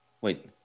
wait –